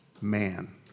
Man